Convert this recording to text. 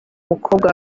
umukobwa